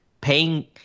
Paying